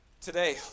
Today